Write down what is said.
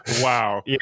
Wow